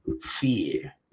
fear